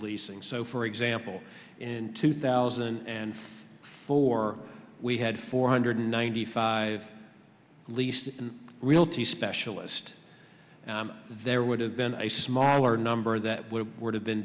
leasing so for example in two thousand and four we had four hundred ninety five least realty specialist there would have been a smaller number that would have been